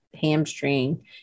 hamstring